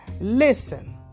Listen